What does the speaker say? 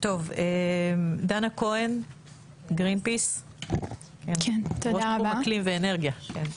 דנה כהן, גרינפיס, ראש תחום אקלים ואנרגיה.